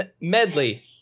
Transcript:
medley